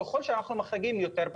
ככל שאנחנו מחריגים יותר,